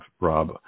Rob